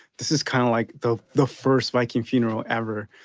this is kind of like the the first viking funeral ever.